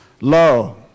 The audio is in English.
Lo